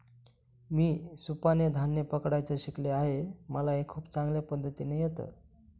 मी सुपाने धान्य पकडायचं शिकले आहे मला हे खूप चांगल्या पद्धतीने येत